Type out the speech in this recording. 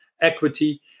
equity